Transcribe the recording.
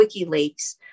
WikiLeaks